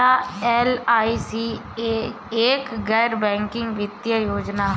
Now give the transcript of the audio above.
क्या एल.आई.सी एक गैर बैंकिंग वित्तीय योजना है?